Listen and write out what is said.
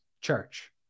church